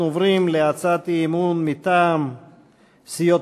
אנחנו עוברים להצעת אי-אמון מטעם סיעות